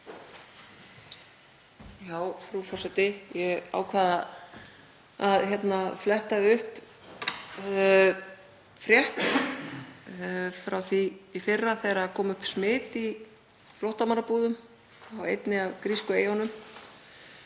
Frú forseti. Ég ákvað að fletta upp frétt frá því í fyrra þegar upp kom smit í flóttamannabúðum á einni af grísku eyjunum.